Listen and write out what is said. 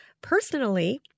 Personally